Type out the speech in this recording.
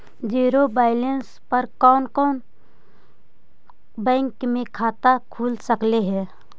Zero balance पर कोन कोन बैंक में खाता खुल सकले हे?